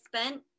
spent